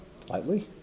slightly